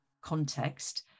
context